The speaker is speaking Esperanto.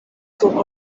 sur